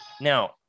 Now